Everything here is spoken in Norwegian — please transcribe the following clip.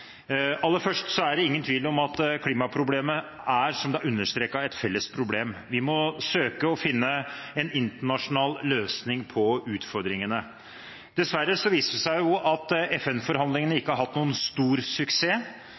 Aller først er det ingen tvil om at klimaproblemet er, som det har blitt understreket, et felles problem. Vi må søke å finne en internasjonal løsning på utfordringene. Dessverre viser det seg at FN-forhandlingene ikke har vært noen stor suksess,